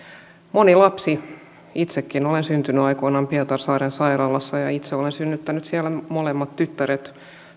moni lapsi itsekin olen syntynyt aikoinaan pietarsaaren sairaalassa ja itse olen synnyttänyt siellä molemmat tyttäret